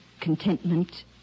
contentment